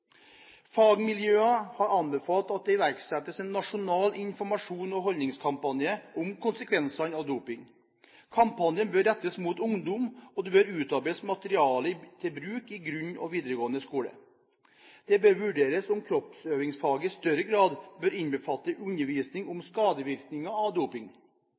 har anbefalt at det iverksettes en nasjonal informasjons- og holdningskampanje om konsekvensene av doping. Kampanjen bør rettes mot ungdom, og det bør utarbeides materiell til bruk i grunnskole og videregående skole. Det bør vurderes om kroppsøvingsfaget i større grad bør innbefatte undervisning om skadevirkninger av doping.